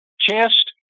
chest